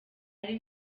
ari